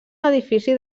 edifici